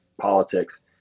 politics